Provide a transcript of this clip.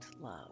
love